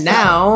now